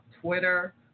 Twitter